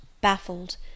baffled